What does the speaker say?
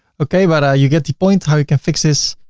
okay, but you get the point how you can fix this.